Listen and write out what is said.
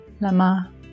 lama